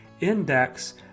index